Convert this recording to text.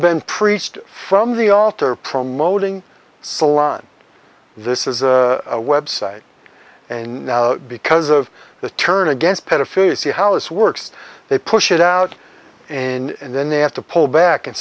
been preached from the altar promoting salon this is a website and now because of the turn against pedophile you see how this works they push it out and then they have to pull back and